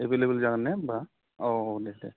available जागोन ने होनबा अ दे